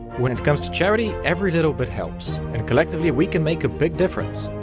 when it comes to charity, every little bit helps, and collectively we can make a big difference.